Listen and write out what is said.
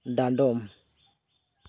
ᱰᱟᱸᱰᱚᱢ